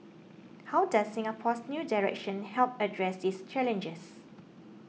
how does Singapore's new direction help address these challenges